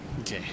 Okay